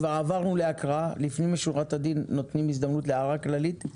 כבר עברנו להקראה ולפנים משורת הדין אנחנו נותנים הזדמנות להערה כללית.